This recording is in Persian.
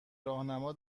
راهنما